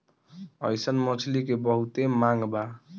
अइसन मछली के बहुते मांग बा